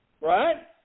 Right